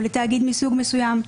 או לתאגיד מסוג מסוים,